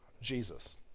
Jesus